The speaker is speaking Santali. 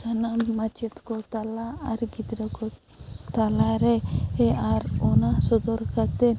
ᱥᱟᱱᱟᱢ ᱢᱟᱪᱮᱫ ᱠᱚ ᱛᱟᱞᱟ ᱟᱨ ᱜᱤᱫᱽᱨᱟᱹ ᱠᱚ ᱛᱟᱞᱟᱨᱮ ᱟᱨ ᱚᱱᱟ ᱥᱚᱫᱚᱨ ᱠᱟᱛᱮᱫ